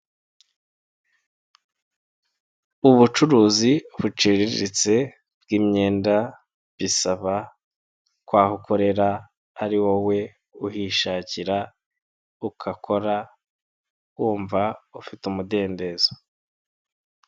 Ubucuruzi buciriritse bw'imyenda bisaba ko aho ukorera ari wowe uhishakira, ugakora wumva ufite umudendezo.